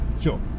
Sure